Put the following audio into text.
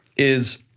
is,